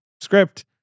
script